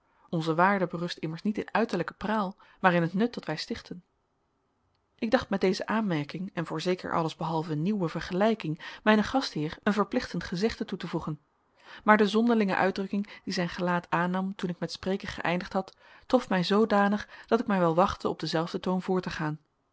onze waarde berust immers niet in uiterlijke praal maar in het nut dat wij stichten ik dacht met deze aanmerking en voorzeker alles behalve nieuwe vergelijking mijnen gastheer een verplichtend gezegde toe te voegen maar de zonderlinge uitdrukking die zijn gelaat aannam toen ik met spreken geëindigd had trof mij zoodanig dat ik mij wel wachtte op denzelfden toon voort te gaan